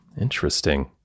interesting